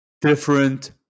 different